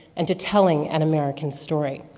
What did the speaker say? and to telling an american story.